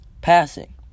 passing